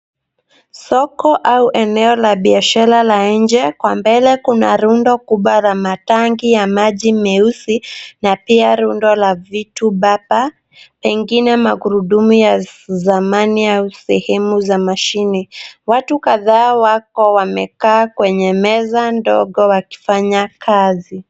Soko au eneo la biashara la nje. Kwa mbele kuna rundo kubwa la matanki ya maji meusi na pia rundo la vitu bapa, pengine magurudumu ya zamani au sehemu za mashine. Watu kadhaa wako wamekaa kwenye meza ndogo wakifanya kazi.